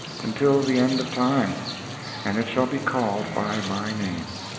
until the end of time and it shall be called by my name.